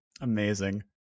amazing